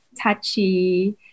touchy